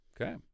Okay